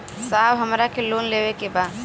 साहब हमरा के लोन लेवे के बा